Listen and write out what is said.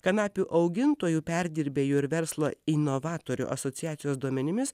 kanapių augintojų perdirbėjų ir verslo inovatorių asociacijos duomenimis